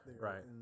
Right